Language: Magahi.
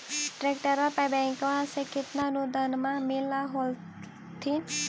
ट्रैक्टरबा पर बैंकबा से कितना अनुदन्मा मिल होत्थिन?